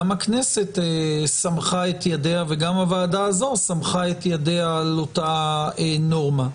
גם הכנסת סמכה את ידיה וגם הוועדה הזו סמכה את ידיה על אותה נורמה.